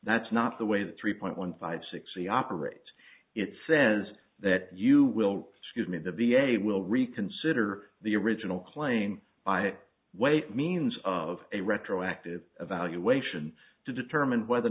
that's not the way the three point one five six c operates it says that you will excuse me the v a will reconsider the original claim by way means of a retroactive evaluation to determine whether or